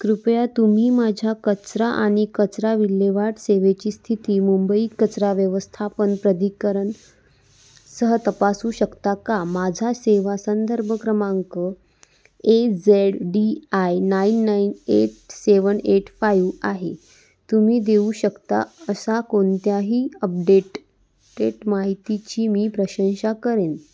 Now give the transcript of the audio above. कृपया तुम्ही माझ्या कचरा आणि कचरा विल्हेवाट सेवेची स्थिती मुंबई कचरा व्यवस्थापन प्राधिकरण सह तपासू शकता का माझा सेवा संदर्भ क्रमांक A Z D I nine nine eight seven eight five आहे तुम्ही देऊ शकता असा कोणत्याही अपडेट टेट माहितीची मी प्रशंसा करेन